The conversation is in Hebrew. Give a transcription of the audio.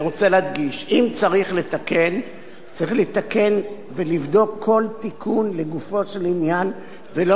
צריך לתקן ולבדוק כל תיקון לגופו של עניין ולא לעשות תיקון כולל,